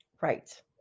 right